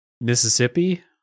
Mississippi